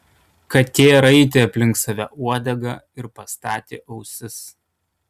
katė raitė aplink save uodegą ir pastatė ausis